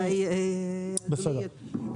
בסדר.